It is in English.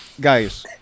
Guys